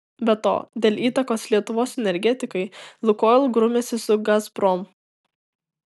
be to dėl įtakos lietuvos energetikai lukoil grumiasi su gazprom